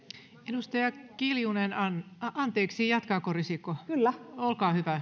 edustaja kiljunen anteeksi jatkaako risikko olkaa hyvä